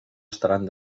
estaran